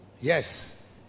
yes